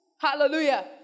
hallelujah